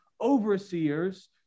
overseers